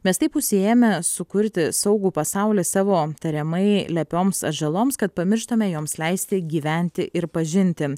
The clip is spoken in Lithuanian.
mes taip užsiėmę sukurti saugų pasaulį savo tariamai lepioms atžaloms kad pamirštame joms leisti gyventi ir pažinti